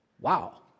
Wow